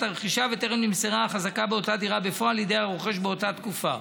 הרכישה וטרם נמסרה החזקה באותה דירה בפועל לידי הרוכש באותה תקופה.